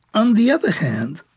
on the other hand,